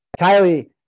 Kylie